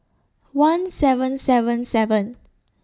one seven seven seven